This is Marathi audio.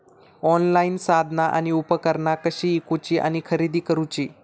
ऑनलाईन साधना आणि उपकरणा कशी ईकूची आणि खरेदी करुची?